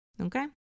Okay